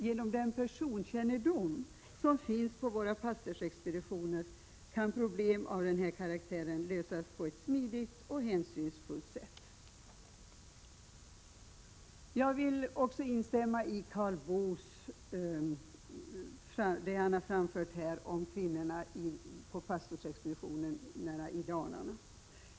Genom den personkännedom som finns på våra pastorsexpeditioner kan problem av den här karaktären lösas på ett smidigt och hänsynsfullt sätt. Jag vill också instämma i det Karl Boo har anfört om kvinnorna på pastorsexpeditionerna i Dalarna.